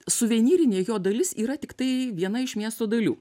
suvenyrinė jo dalis yra tiktai viena iš miesto dalių